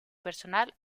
personal